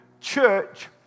Church